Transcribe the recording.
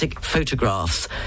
Photographs